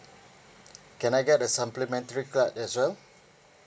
can I get a supplementary card as well